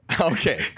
Okay